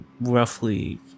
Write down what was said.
roughly